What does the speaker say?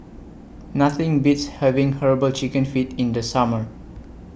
Nothing Beats having Herbal Chicken Feet in The Summer